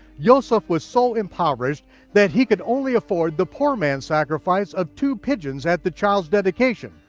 yoseph was so impoverished that he could only afford the poor man's sacrifice of two pigeons at the child's dedication,